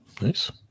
nice